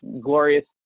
glorious